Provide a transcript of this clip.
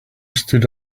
stood